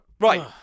Right